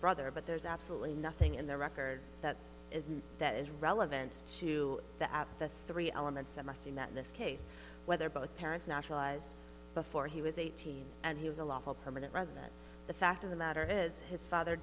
brother but there's absolutely nothing in the record that is that is relevant to the at the three elements that must mean that this case whether both parents naturalized before he was eighteen and he was a lawful permanent resident the fact of the matter is his father